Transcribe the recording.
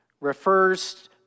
refers